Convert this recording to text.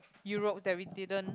Europe that we didn't